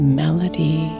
melody